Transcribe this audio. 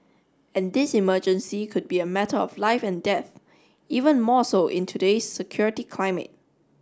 and this emergency could be a matter of life and death even more so in today's security climate